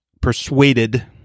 persuaded